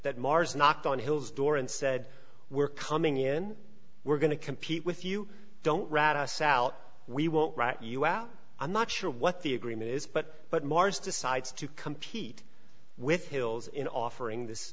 that mars knocked on hill's door and said we're coming in we're going to compete with you don't rat us out we won't rat you out i'm not sure what the agreement is but but mars decides to compete with hills in offering this